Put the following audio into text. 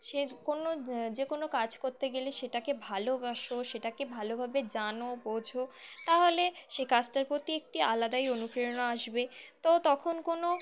সে কোনো যে কোনো কাজ করতে গেলে সেটাকে ভালোবাসো সেটাকে ভালোভাবে জানো বোঝো তাহলে সে কাজটার প্রতি একটি আলাদাই অনুপ্রেরণা আসবে তো তখন কোনো